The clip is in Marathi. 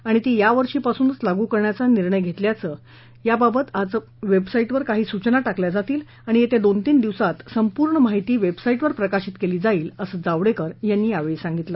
आणि ती वर्षीपासूनच लागू करण्याचा निर्णय घेतला गेला आहे याबाबत आज वेबसाईटवर काही सूचना टाकल्या जातील आणि येत्या दोन तीन दिवसात संपूर्ण माहिती वेबसाईटवर प्रकाशित केली जाईल असं जावडेकर यांनी यावेळी सांगितलं